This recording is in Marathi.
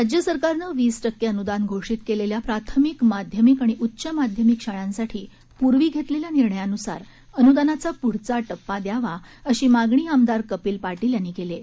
राज्य सरकारनं वीस टक्के अनुदान घोषित केलेल्या प्राथमिक माध्यमिक आणि उच्च माध्यमिक शाळांसाठी पुर्वी घेतलेल्या निर्णयानुसार अनुदानाचा पुढचा टप्पा द्यावा अशी मागणी आमदार कपील पाटील यांनी केली आहे